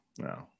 No